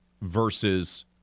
versus